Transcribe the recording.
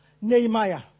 Nehemiah